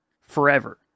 forever